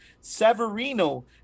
severino